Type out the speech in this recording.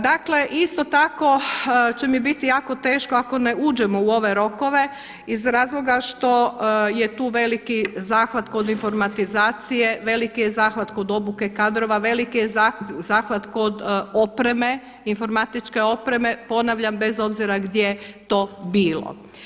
Dakle isto tako će mi biti jako teško ako ne uđemo u ove rokove iz razloga što je tu veliki zahvat kod informatizacije, veliki je zahvat kod obuke kadrova, veliki je zahvat kod opreme informatičke opreme, ponavljam bez obzira gdje to bilo.